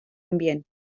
ambient